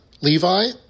Levi